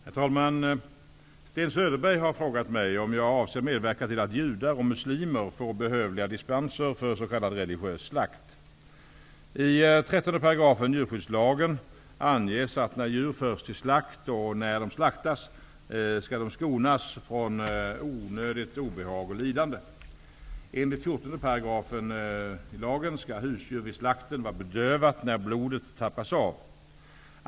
Herr talman! Sten Söderberg har frågat mig om jag avser medverka till att judar och muslimer får behövliga dispenser för s.k. religiös slakt. I 13 § djurskyddslagen anges att när djur förs till slakt och när de slaktas, skall de skonas från onödigt obehag och lidande. Enligt 14 § lagen skall husdjur vid slakten vara bedövat när blodet tappas av.